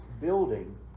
building